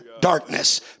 darkness